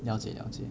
了解了解